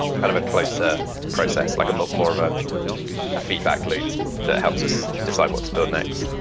kind of a closer process, like a more more of ah a feedback loop that helps us decide what to build next.